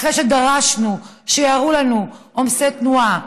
אחרי שדרשנו שיראו לנו עומסי תנועה,